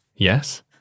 Yes